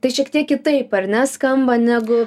tai šiek tiek kitaip ar ne skamba negu